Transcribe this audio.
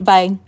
Bye